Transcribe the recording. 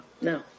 no